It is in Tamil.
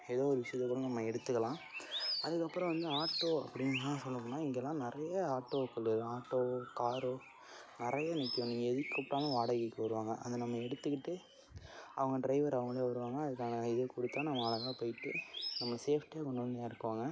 ஏதோ ஒரு விஷயத்துக்கு நம்ம எடுத்துக்கலாம் அதுக்கப்புறம் வந்து ஆட்டோ அப்படின்லாம் சொல்லப்போனால் இங்கெலாம் நிறைய ஆட்டோக்களும் ஆட்டோ காரோ நிறைய நிற்கும் நீங்கள் எதை கூப்பிட்டாலும் வாடகைக்கு வருவாங்க அதை நம்ம எடுத்துக்கிட்டு அவங்க ட்ரைவர் அவங்களே வருவாங்க அதுக்கான இதைக் கொடுத்தா நம்ம அழகா போயிட்டு நம்மளை சேஃப்டியாக கொண்டு வந்து இறக்குவாங்க